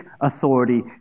authority